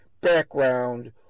background